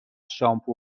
شامپو